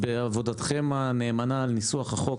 בעבודתכם הנאמנה על ניסוח החוק,